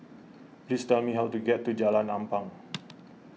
please tell me how to get to Jalan Ampang